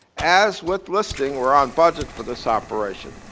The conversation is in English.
as with listing, we're on budget for this operation.